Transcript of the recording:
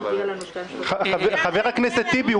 חבר הכנסת טיבי,